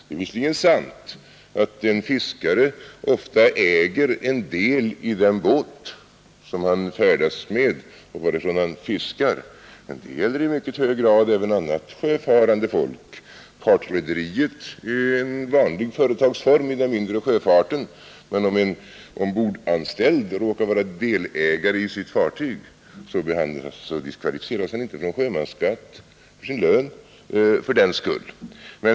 Det är visserligen sant att en fiskare ofta äger en del i den båt han färdas med och varifrån han fiskar, men det gäller i mycket hög grad även annat sjöfarande folk. Partrederiet är en vanlig företagsform i den mindre sjöfarten. Men om en ombordanställd råkar vara delägare i sitt fartyg diskvalificeras han inte från sjömansskatt på sin lön fördenskull.